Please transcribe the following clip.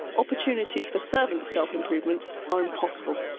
opportunities for servants' self-improvement are impossible.